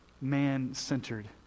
man-centered